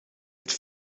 het